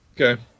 Okay